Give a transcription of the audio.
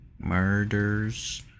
Murders